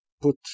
put